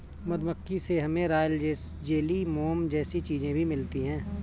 मधुमक्खी से हमे रॉयल जेली, मोम जैसी चीजे भी मिलती है